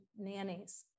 nannies